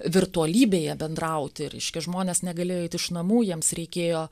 virtualybėje bendrauti reiškia žmonės negalėjo eiti iš namų jiems reikėjo